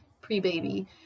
pre-baby